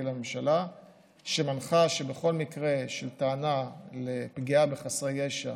לממשלה שבכל מקרה של טענה לפגיעה בחסרי ישע